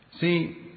See